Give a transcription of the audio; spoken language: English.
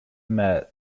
met